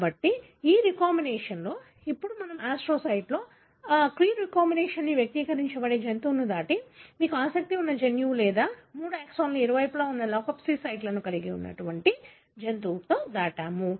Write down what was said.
కాబట్టి ఈ సందర్భంలో ఇప్పుడు మనము ఆస్ట్రోసైట్స్లో క్రీ రీకంబినేస్ను వ్యక్తీకరించే జంతువును దాటి మీకు ఆసక్తి ఉన్న జన్యువు యొక్క మూడు ఎక్సోన్లకు ఇరువైపులా ఉన్న లాక్స్పి సైట్లను కలిగి ఉన్న జంతువుతో దాటాము